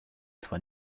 zwar